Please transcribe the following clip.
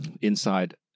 inside